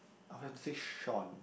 I wanna say Sean